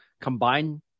combine